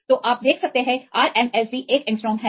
तो आप देख सकते हैं RMSD 1 एंग्स्ट्रॉम है